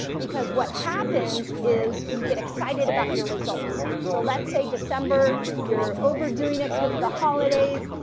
because what happens is you get excited about your results. so let's say december, you're overdoing it because of the holidays.